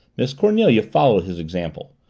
miss cornelia followed his example.